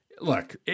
look